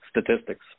statistics